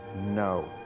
No